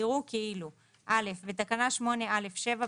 יראו כאילו - בתקנה 8א(7),